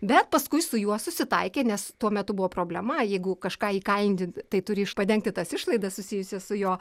bet paskui su juo susitaikė nes tuo metu buvo problema jeigu kažką įkalint tai turi iš padengti tas išlaidas susijusias su jo